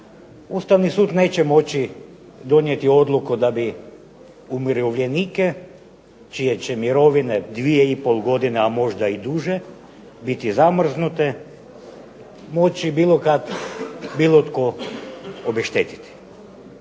Ustavni sud neće moći donijeti odluku da bi umirovljenike čije će mirovine 2,5 godine, a možda i duže biti zamrznute moći bilo kada, bilo tko obeštetiti.